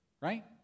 right